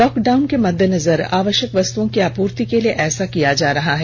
lockdown के मद्देनजर आवश्यक वस्तुओं की आपूर्ति के लिए ऐसा किया जा रहा है